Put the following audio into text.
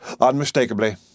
unmistakably